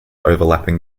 overlapping